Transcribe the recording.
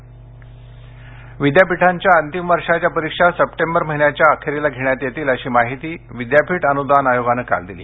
विदयापीठ परिक्षा विदयापीठांच्या अंतिम वर्षाच्या परीक्षा सप्टेंबर महिन्याच्या अखेरीला घेण्यात येतील अशी माहिती विद्यापीठ अन्दान आयोगानं काल दिली